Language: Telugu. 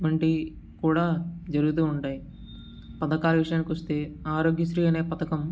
వంటివి కూడా జరుగుతూ ఉంటాయి పథకాల విషయానికి వస్తే ఆరోగ్యశ్రీ అనే పథకం